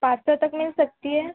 पाँच सौ तक मिल सकती है